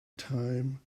time